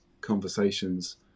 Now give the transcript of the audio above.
conversations